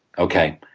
okay.